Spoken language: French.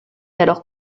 alors